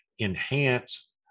enhance